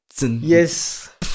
Yes